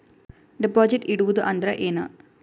Deposit ಇಡುವುದು ಅಂದ್ರ ಏನ?